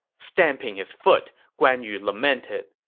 stamping his foot, guan yu lamented,